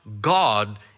God